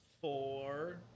Four